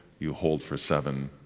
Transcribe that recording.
you hold for seven,